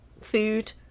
food